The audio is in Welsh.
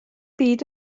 byd